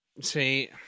See